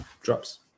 drops